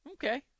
Okay